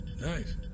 Nice